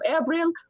April